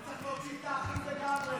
וצריך להוציא את האחים לגמרי.